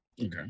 Okay